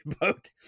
boat